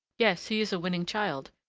yes, he is a winning child,